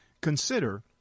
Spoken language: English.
Consider